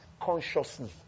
consciously